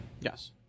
Yes